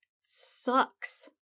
sucks